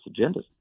agendas